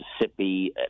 Mississippi